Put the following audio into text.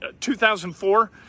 2004